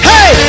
Hey